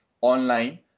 online